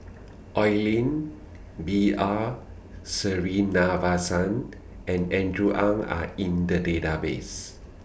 Oi Lin B R Sreenivasan and Andrew Ang Are in The Database